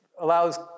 allows